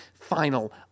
Final